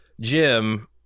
Jim